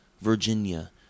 Virginia